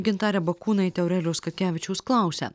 gintarė bakūnaitė aurelijaus katkevičiaus klausia